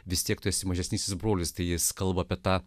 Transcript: vis tiek tu esi mažesnysis brolis tai jis kalba apie tą